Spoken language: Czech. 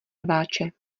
rváče